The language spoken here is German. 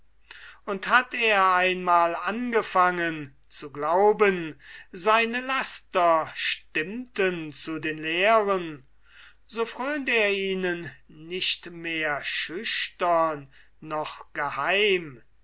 und hat er einmal angefangen zu glauben seine laster stimmten zu den lehren so fröhnt er ihnen nicht schüchtern noch geheim